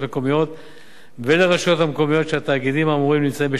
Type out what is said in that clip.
ולרשויות המקומיות שהתאגידים האמורים נמצאים בשליטתן,